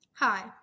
Hi